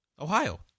Ohio